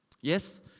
Yes